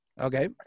Okay